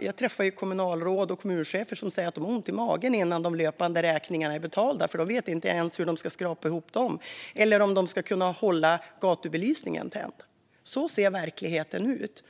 Jag träffar kommunalråd och kommunchefer som säger att de har ont i magen innan de löpande räkningarna är betalda. De vet inte ens hur de ska skrapa ihop till dem eller om de ska kunna hålla gatubelysningen tänd. Så ser verkligheten ut.